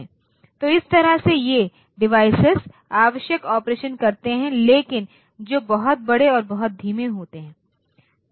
तो इस तरह से ये डिवाइस आवश्यक ऑपरेशन करते हैं लेकिन जो बहुत बड़े और बहुत धीमे होते हैं